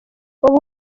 ubu